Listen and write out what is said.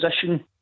position